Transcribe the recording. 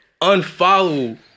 unfollow